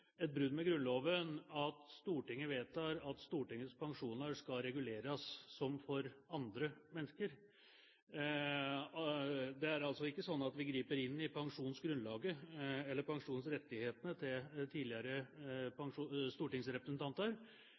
et brudd med Grunnloven at Stortinget vedtar at Stortingets pensjoner skal reguleres som for andre mennesker. Vi griper altså ikke inn i pensjonsgrunnlaget eller pensjonsrettighetene til tidligere stortingsrepresentanter,